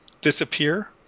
disappear